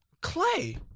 Clay